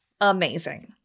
amazing